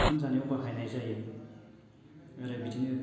ओंखाम जानायाव बाहायनाय जायो ओरै बिदिनो